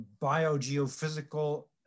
biogeophysical